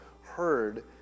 heard